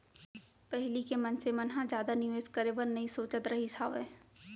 पहिली के मनसे मन ह जादा निवेस करे बर नइ सोचत रहिस हावय